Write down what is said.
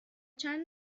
چند